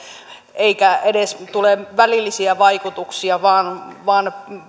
eikä edes tule välillisiä vaikutuksia vaan vaan